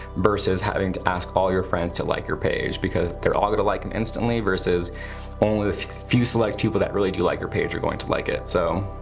versus having to ask all your friends to like your page, because they're all gonna like them and instantly versus only a few select people that really do like your page, are going to like it, so.